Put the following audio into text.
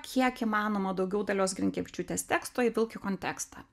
kiek įmanoma daugiau dalios grinkevičiūtės teksto įvilk į kontekstą